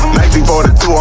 1942